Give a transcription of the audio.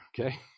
okay